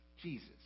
Jesus